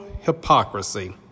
hypocrisy